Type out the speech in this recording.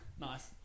Nice